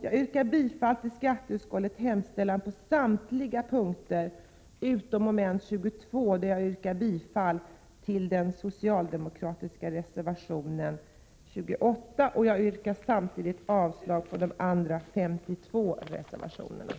Jag yrkar bifall till skatteutskottets hemställan på samtliga punkter utom mom. 22, där jag yrkar bifall till den socialdemokratiska reservationen 28. Jag yrkar avslag på alla de andra 52 reservationerna.